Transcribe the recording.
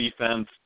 defense